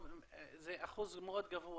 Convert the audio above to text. זה אחוז מאוד גבוה,